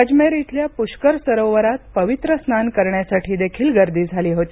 अजमेर इथल्या पुष्कर सरोवरात पवित्र स्नान करण्यासाठीदेखील गर्दी झाली होती